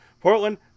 Portland